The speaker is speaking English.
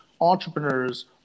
entrepreneurs